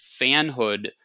fanhood